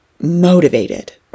motivated